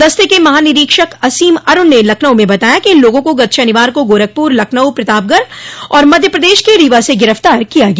दस्ते के महानिरीक्षक असीम अरुण ने लखनऊ में बताया कि इन लोगों को गत शनिवार को गोरखपुर लखनऊ प्रतापगढ़ और मध्य प्रदेश के रीवां से गिरफ्तार किया गया